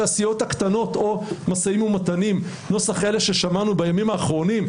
הסיעות הקטנות או משאים-ומתנים נוסח אלה ששמענו בימים האחרונים,